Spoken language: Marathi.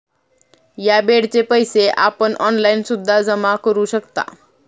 या बेडचे पैसे आपण ऑनलाईन सुद्धा जमा करू शकता